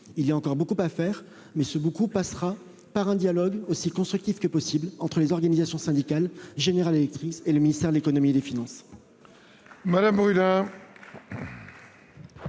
Il y a encore beaucoup à faire, mais cela passera par un dialogue aussi constructif que possible entre les organisations syndicales, General Electric et le ministère de l'économie et des finances.